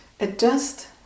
Adjust